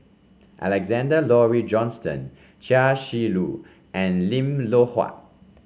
Alexander Laurie Johnston Chia Shi Lu and Lim Loh Huat